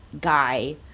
guy